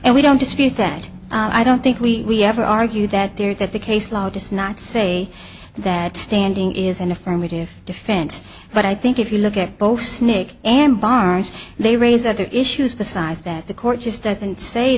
and we don't dispute that i don't think we ever argue that they are that the case law does not say that standing is an affirmative defense but i think if you look at both snake and bars they raise other issues besides that the court just doesn't say